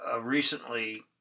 recently